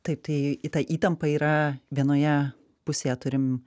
taip tai į ta įtampa yra vienoje pusėje turim